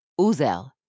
Uzel